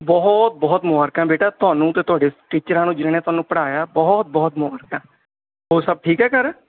ਬਹੁਤ ਬਹੁਤ ਮੁਬਾਰਕਾਂ ਬੇਟਾ ਤੁਹਾਨੂੰ ਅਤੇ ਤੁਹਾਡੇ ਟੀਚਰਾਂ ਨੂੰ ਜਿਹਨਾਂ ਨੇ ਤੁਹਾਨੂੰ ਪੜ੍ਹਾਇਆ ਬਹੁਤ ਬਹੁਤ ਮੁਬਾਰਕਾਂ ਹੋਰ ਸਭ ਠੀਕ ਹੈ ਘਰ